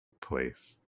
place